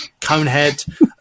Conehead